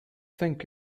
think